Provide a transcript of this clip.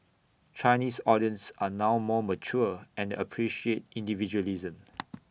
Chinese audience are now more mature and appreciate individualism